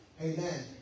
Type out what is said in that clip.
Amen